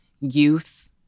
youth